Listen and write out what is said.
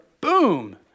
Boom